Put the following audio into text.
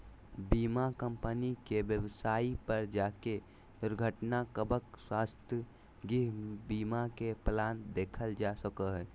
बीमा कम्पनी के वेबसाइट पर जाके दुर्घटना कवर, स्वास्थ्य, गृह बीमा के प्लान देखल जा सको हय